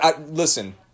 listen